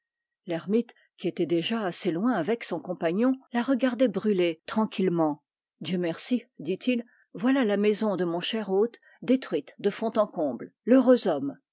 l'ermite qui était déjà assez loin avec son compagnon la regardait brûler tranquillement dieu merci dit-il voilà la maison de mon cher hôte détruite de fond en comble l'heureux homme